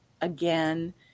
again